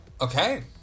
Okay